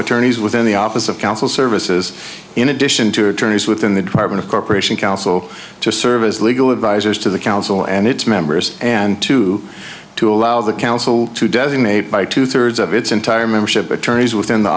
attorneys within the office of counsel services in addition to attorneys within the department of corporation counsel to serve as legal advisers to the council and its members and to to allow the council to designate by two thirds of its entire membership attorneys within the